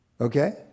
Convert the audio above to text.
Okay